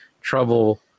trouble